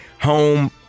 home